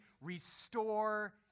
restore